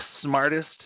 smartest